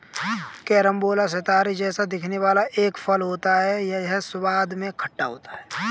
carambola सितारे जैसा दिखने वाला एक फल होता है यह स्वाद में खट्टा होता है